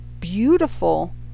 beautiful